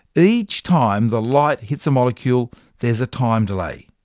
each time the light hits a molecule, there's a time delay,